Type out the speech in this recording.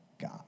God